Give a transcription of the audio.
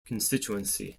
constituency